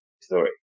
story